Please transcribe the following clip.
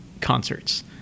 concerts